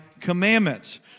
commandments